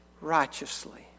righteously